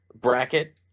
bracket